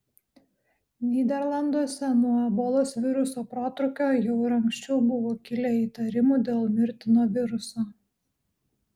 nyderlanduose nuo ebolos viruso protrūkio jau ir anksčiau buvo kilę įtarimų dėl mirtino viruso